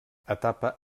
etapa